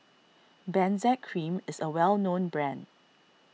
Benzac Cream is a well known brand